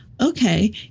okay